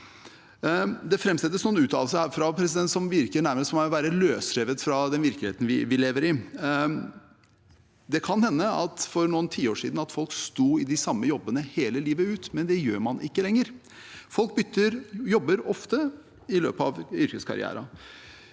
Det framsettes noen uttalelser her som for meg nærmest virker å være løsrevet fra den virkeligheten vi lever i. Det kan hende at for noen tiår siden sto folk i de samme jobbene hele livet ut, men det gjør man ikke lenger. Folk bytter jobb ofte i løpet av yrkeskarrieren.